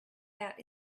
out